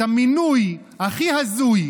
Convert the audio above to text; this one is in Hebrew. את המינוי הכי הזוי: